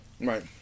Right